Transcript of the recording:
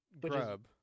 grub